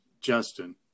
Justin